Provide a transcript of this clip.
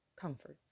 comforts